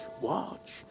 watch